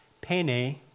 pene